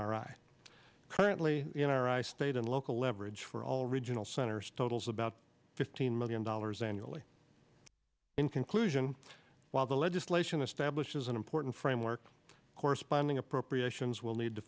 raq currently in our eye state and local leverage for all regional centers totals about fifteen million dollars annually in conclusion while the legislation establishes an important framework corresponding appropriations will need to